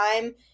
time